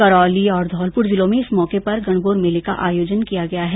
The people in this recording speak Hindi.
करौली और धौलप्र जिलों में इस मौके पर गणगौर मेले का आयोजन किया गया है